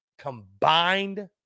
combined